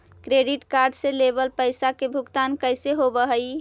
Credit card से लेवल पैसा के भुगतान कैसे होव हइ?